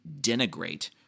denigrate –